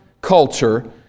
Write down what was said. culture